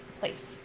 place